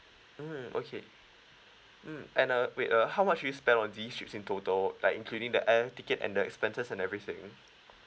mm okay mm and uh wait uh how much do you spend on these trips in total like including the air ticket and the expenses and everything